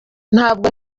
ntabwo